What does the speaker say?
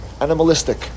animalistic